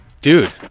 dude